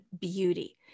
Beauty